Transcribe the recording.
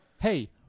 hey